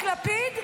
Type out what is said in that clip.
לפיד,